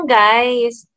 guys